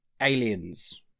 Aliens